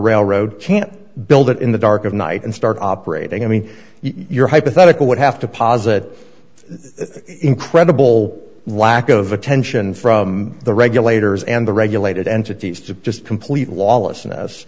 railroad can build it in the dark of night and start operating i mean your hypothetical would have to posit incredible lack of attention from the regulators and the regulated entities to just complete lawlessness